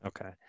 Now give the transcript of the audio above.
Okay